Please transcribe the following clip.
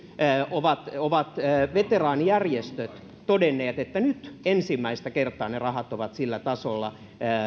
ovat ovat myös veteraanijärjestöt todenneet että nyt ensimmäistä kertaa ne rahat ovat sillä tasolla